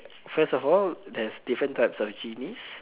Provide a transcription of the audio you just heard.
first of all there's different types of genies